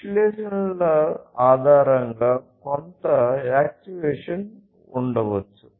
విశ్లేషణల ఆధారంగా కొంత యాక్చుయేషన్ ఉండవచ్చు